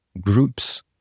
groups